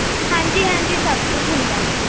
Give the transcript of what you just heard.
ਹਾਂਜੀ ਹਾਂਜੀ ਸਭ ਕੁਝ ਹੁੰਦਾ